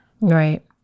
Right